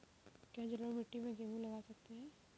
क्या जलोढ़ मिट्टी में गेहूँ लगा सकते हैं?